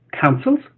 councils